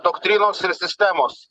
doktrinos ir sistemos